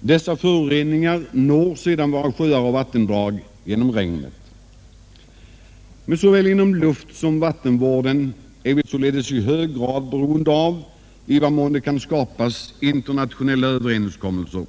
Dessa föroreningar når sedan sjöar och vattendrag genom regnen. Såväl inom luftsom vattenvården är vi således i hög grad beroende av i vad mån det kan skapas internationella överenskommelser.